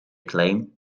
claim